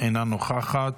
אינה נוכחת.